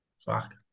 Fuck